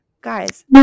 guys